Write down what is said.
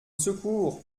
secours